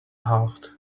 halved